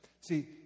See